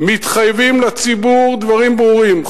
מתחייבים לציבור דברים ברורים,